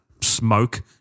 smoke